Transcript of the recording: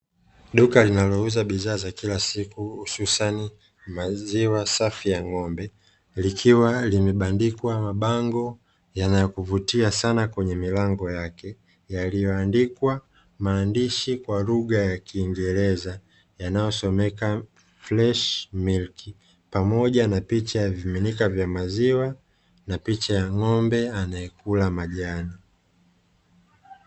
Duka linalouza bidhaa za kila siku hususa ni maziwa safi ya ng'ombe likiwa limebandikwa mabango yanayokuvutia sana kwenye milango yake yaliyoandikwa maandishi kwa lugha ya kiingereza yanayosomeka (FRESH MILK) pamoja na picha ya vimiminika vya maziwa na picha ya ng'ombe anayekula majani.